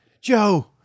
Joe